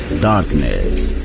Darkness